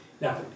Now